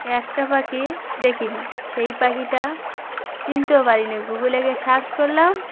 একটা পাখি দেখিনি সেই পাখিটা চিনতেও পারিনি গুগলে গিয়ে সার্চ করলাম